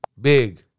Big